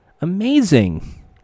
Amazing